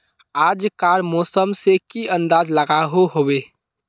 आज कार मौसम से की अंदाज लागोहो होबे?